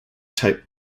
type